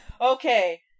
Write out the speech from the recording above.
Okay